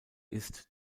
ist